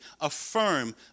affirm